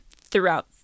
throughout